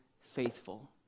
faithful